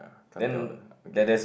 can't tell the okay